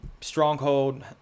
stronghold